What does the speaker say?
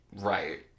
right